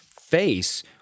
face